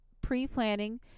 pre-planning